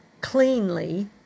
cleanly